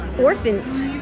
orphans